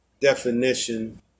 definition